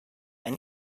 and